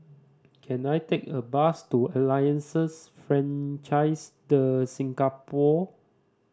can I take a bus to Alliance Francaise De Singapour